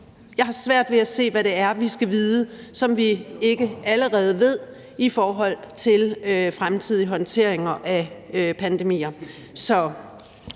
Jeg har svært ved at se, hvad det er, vi skal vide, som vi ikke allerede ved, i forhold til fremtidige håndteringer af pandemier.